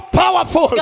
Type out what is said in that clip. powerful